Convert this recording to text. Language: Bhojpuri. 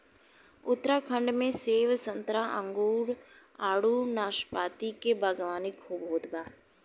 उत्तराखंड में सेब संतरा अंगूर आडू नाशपाती के बागवानी खूब होत बा